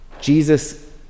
Jesus